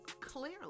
clearly